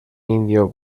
indio